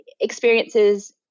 experiences